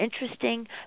interesting